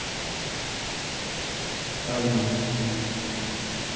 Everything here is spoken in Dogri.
आं जी